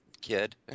kid